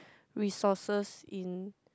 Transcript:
resources in